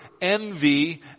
envy